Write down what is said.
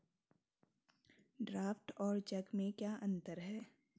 Draft और cheque में क्या अंतर है?